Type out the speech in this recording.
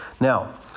Now